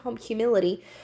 humility